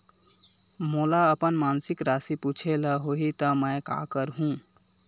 मोला अपन मासिक राशि पूछे ल होही त मैं का करहु?